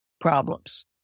problems